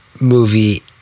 movie